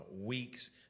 weeks